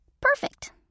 Perfect